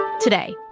Today